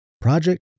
Project